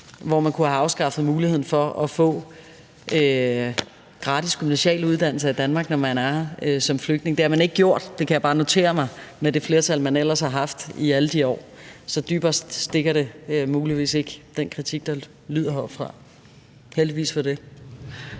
øvrigt også Dansk Folkeparti – for at få gratis gymnasial uddannelse i Danmark, når man er her som flygtning. Det har man ikke gjort – og det kan jeg bare notere mig – med det flertal, man ellers har haft i alle de år. Så dybere stikker den kritik, der har lydt heroppefra, muligvis ikke